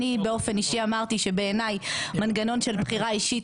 אני באופן אישי אמרתי שבעיניי מנגנון של בחירה אישית